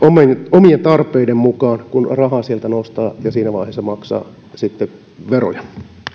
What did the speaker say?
omien tarpeiden mukaan sen ajankohdan kun rahaa sieltä nostaa ja siinä vaiheessa maksaa sitten veroja